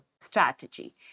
strategy